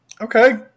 Okay